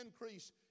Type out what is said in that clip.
increase